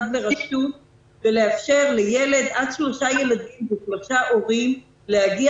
ברשות ולאפשר לעד שלושה ילדים ושלושה הורים להגיע,